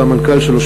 והמנכ"ל שלו,